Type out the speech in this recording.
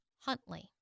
Huntley